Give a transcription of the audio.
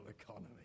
Economy